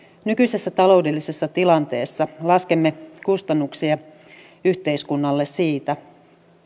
nykyisessä taloudellisessa tilanteessa laskemme kustannuksia yhteiskunnalle siitä